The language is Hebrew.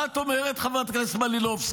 מה את אומרת, חברת הכנסת מלינובסקי?